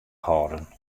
hâlden